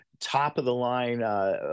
top-of-the-line